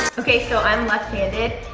okay, so i'm left handed,